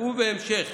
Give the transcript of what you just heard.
ובהמשך,